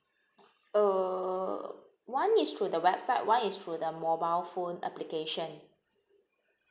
uh one is through the website one is through the mobile phone application